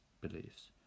beliefs